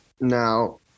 Now